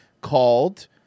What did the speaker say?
called